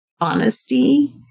honesty